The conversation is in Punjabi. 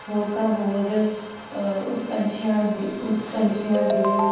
ਹੋਰ ਤਾਂ ਹੋਰ ਉਸ ਪੰਛੀਆਂ ਦੇ ਉਸ ਪੰਛੀਆਂ ਦੇ